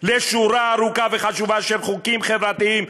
לשורה ארוכה וחשובה של חוקים חברתיים,